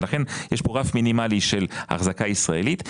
לכן יש כאן רף מינימלי של אחזקה ישראלית.